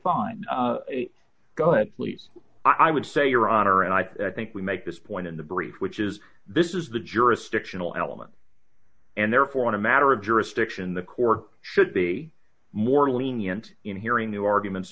fine go ahead please i would say your honor and i think we make this point in the brief which is this is the jurisdictional element and therefore a matter of jurisdiction the court should be more lenient in hearing the arguments